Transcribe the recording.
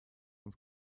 ins